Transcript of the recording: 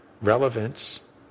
relevance